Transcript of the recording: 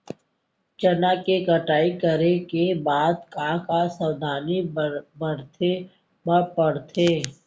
चना के कटाई करे के बाद का का सावधानी बरते बर परथे?